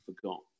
forgotten